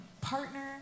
partner